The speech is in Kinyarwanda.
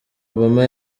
obama